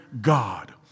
God